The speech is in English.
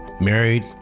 Married